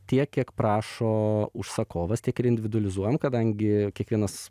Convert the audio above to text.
tiek kiek prašo užsakovas tiek ir individualizuojam kadangi kiekvienas